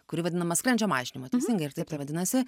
kuri vadinama skrandžio mažinimo teisingai ir taip tai vadinasi